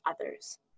others